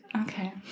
okay